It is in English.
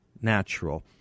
natural